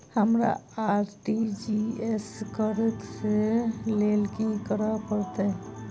हमरा आर.टी.जी.एस करऽ केँ लेल की करऽ पड़तै?